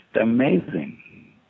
amazing